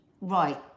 right